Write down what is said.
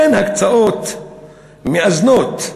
אין הקצאות מאזנות,